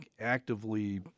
actively